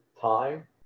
time